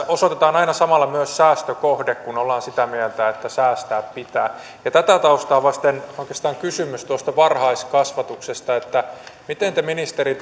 osoitetaan aina samalla myös säästökohde kun ollaan sitä mieltä että säästää pitää tätä taustaa vasten oikeastaan kysymys tuosta varhaiskasvatuksesta miten te ministeri